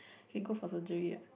you can go for surgery ah